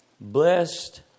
Blessed